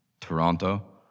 Toronto